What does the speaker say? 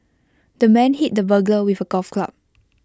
the man hit the burglar with A golf club